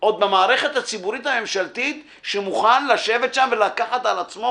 במערכת הציבורית הממשלתית שמוכן לשבת שם ולקחת על עצמו